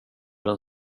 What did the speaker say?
den